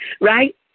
Right